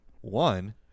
one